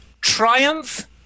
Triumph